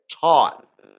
taught